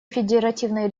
федеративной